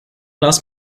glass